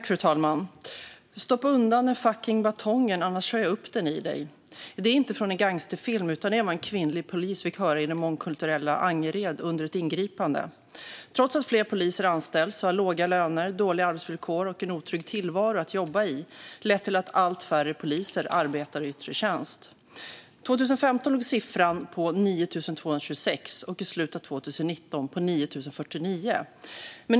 Fru talman! "Stoppa undan den fucking batongen annars kör jag upp den i dig." Detta är inte från en gangsterfilm, utan det är vad en kvinnlig polis fick höra i det mångkulturella Angered under ett ingripande. Trots att fler poliser anställs har låga löner, dåliga arbetsvillkor och en otrygg tillvaro att jobba i lett till att allt färre poliser arbetar i yttre tjänst. År 2015 var siffran 9 226. I slutet av 2019 var den 9 049.